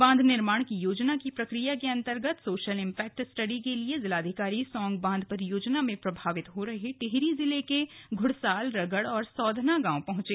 बांध निर्माण की योजना की प्रक्रिया के अन्तर्गत सोशल इम्पैक्ट स्टडी के लिए जिलाधिकारी सौंग बांध परियोजना में प्रभावित हो रहे टिहरी जिले के घुड़साल रगड़ और सौधना गांव पहुंचे